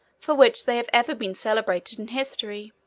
for which they have ever been celebrated in history.